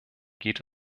geht